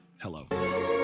Hello